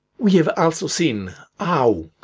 we have also seen how,